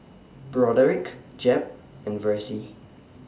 Broderick Jeb and Versie